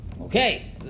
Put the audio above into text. Okay